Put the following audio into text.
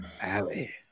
alley